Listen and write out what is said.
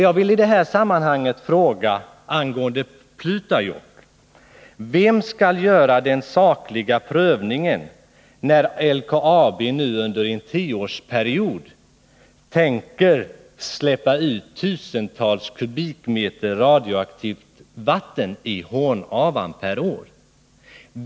Jag vill i det här sammanhanget fråga angående Pleutajokk: Vem skall göra den sakliga prövningen, när LKAB nu under en tioårsperiod tänker släppa ut tusentals kubikmeter radioaktivt vatten per år i Hornavan?